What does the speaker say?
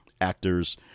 actors